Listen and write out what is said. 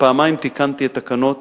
פעמיים תיקנתי את תקנות